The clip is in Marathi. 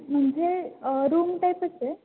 म्हणजे रूम टाईपच आहे